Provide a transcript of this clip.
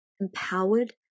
empowered